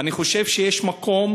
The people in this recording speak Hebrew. אני חושב שיש מקום,